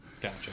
Gotcha